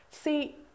See